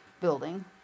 building